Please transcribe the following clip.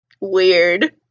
Weird